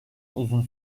uzun